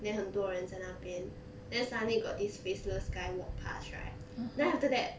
then 很多人在那边 then suddenly got this faceless guy walk past right then after that